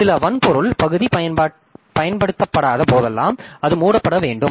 சில வன்பொருள் பகுதி பயன்படுத்தப்படாத போதெல்லாம் அது மூடப்பட வேண்டும்